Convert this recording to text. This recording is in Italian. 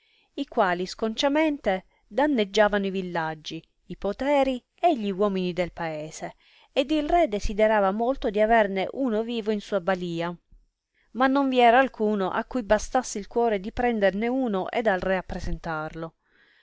i quali sconciamente danneggiavano i villaggi i poderi e gli uomini del paese ed il re desiderava molto di averne uno vivo in sua balìa ma non vi era alcuno a cui bastasse il cuore di prenderne uno ed al re appresentarlo